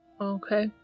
Okay